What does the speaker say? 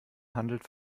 handelt